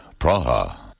Praha